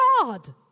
God